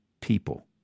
People